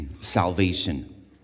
salvation